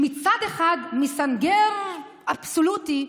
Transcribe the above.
מצד אחד מסנגר אבסולוטי,